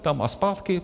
Tam a zpátky?